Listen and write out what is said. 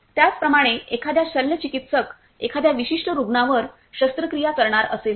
त्याचप्रमाणे एखादा शल्यचिकित्सक एखाद्या विशिष्ट रुग्णावर शस्त्रक्रिया करणार असेल तर